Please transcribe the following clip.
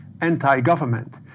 anti-government